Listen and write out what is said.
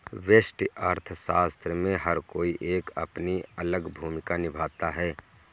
व्यष्टि अर्थशास्त्र में हर कोई एक अपनी अलग भूमिका निभाता है